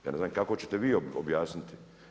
Ja ne znam kako ćete vi objasniti.